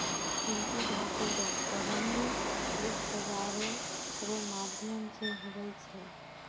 कीमती धातू रो प्रबन्ध वित्त बाजारो रो माध्यम से हुवै छै